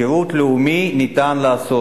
שירות לאומי ניתן לעשות.